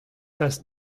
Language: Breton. kas